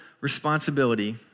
responsibility